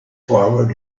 forward